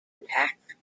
attack